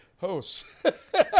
hosts